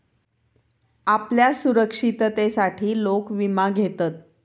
आपल्या सुरक्षिततेसाठी लोक विमा घेतत